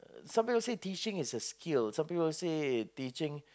some people say teaching is a skill some people say teaching